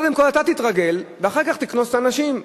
קודם כול, אתה תתרגל, ואחר כך תקנוס את האנשים.